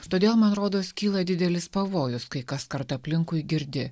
todėl man rodos kyla didelis pavojus kai kaskart aplinkui girdi